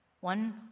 one